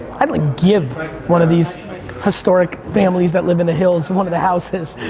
i'd like give one of these historic families that live in the hills one of the houses.